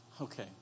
okay